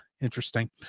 interesting